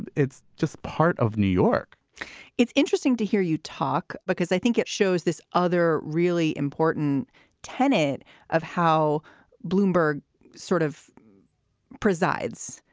it's just part of new york it's interesting to hear you talk because i think it shows this other really important tenet of how bloomberg sort of presides.